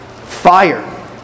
Fire